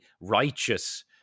righteous